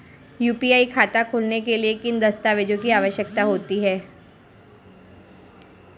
UPI खाता खोलने के लिए किन दस्तावेज़ों की आवश्यकता होती है?